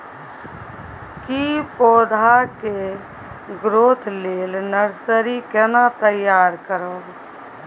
की पौधा के ग्रोथ लेल नर्सरी केना तैयार करब?